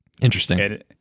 interesting